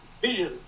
vision